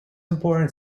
important